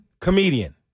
comedian